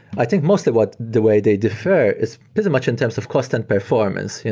i think mostly what the way they defer is pretty much in terms of cost and performance.